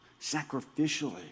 sacrificially